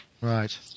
Right